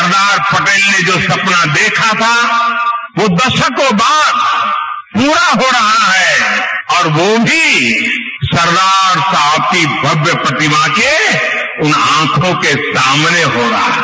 सरदार पटेल ने जो सपना देखा था वो दशकों बाद पूरा हो रहा है और वो भी सरदार साहब की भव्य प्रतिमा के उन आंखों के सामने हो रहा है